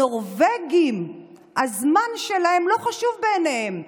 הנורבגים, הזמן שלהם לא חשוב בעיניהם.